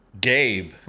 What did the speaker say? Gabe